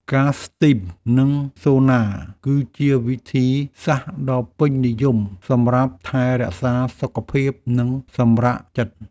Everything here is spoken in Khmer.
ការស្ទីម និងសូណា គឺជាវិធីសាស្ត្រដ៏ពេញនិយមសម្រាប់ថែរក្សាសុខភាព និងសម្រាកចិត្ត។